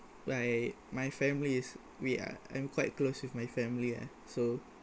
my my families we are I'm quite close with my family lah so